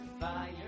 fire